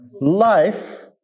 life